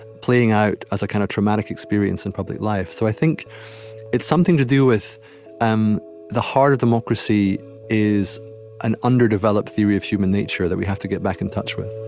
playing out as a kind of traumatic experience in public life. so i think it's something to do with um the heart of democracy is an underdeveloped theory of human nature that we have to get back in touch with